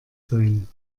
sein